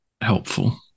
helpful